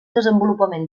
desenvolupament